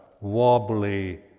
wobbly